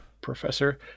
Professor